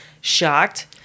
shocked